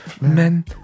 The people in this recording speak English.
men